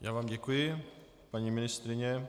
Já vám děkuji, paní ministryně.